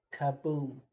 kaboom